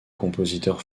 compositeurs